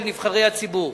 של נבחרי הציבור.